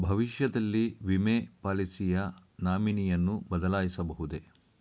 ಭವಿಷ್ಯದಲ್ಲಿ ವಿಮೆ ಪಾಲಿಸಿಯ ನಾಮಿನಿಯನ್ನು ಬದಲಾಯಿಸಬಹುದೇ?